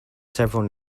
several